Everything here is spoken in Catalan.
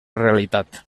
realitat